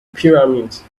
pyramids